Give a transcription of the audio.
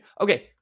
Okay